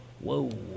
Whoa